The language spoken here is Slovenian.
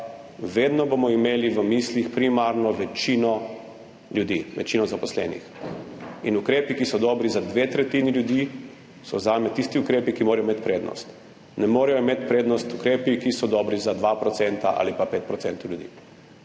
vedno bomo imeli v mislih primarno večino ljudi, večino zaposlenih. In ukrepi, ki so dobri za dve tretjini ljudi, so zame tisti ukrepi, ki morajo imeti prednost. Ne morejo imeti prednost ukrepi, ki so dobri za 2 % ali pa 5 % ljudi.